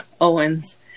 Owen's